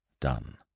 Done